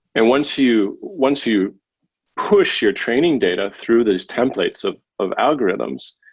and once you once you push your training data through these templates of of algorithms,